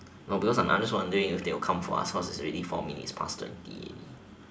no because I'm I am just wondering if they will come for us because it's already four minutes past twenty ready